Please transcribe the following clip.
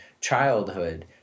childhood